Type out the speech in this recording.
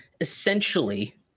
essentially